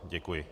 Děkuji.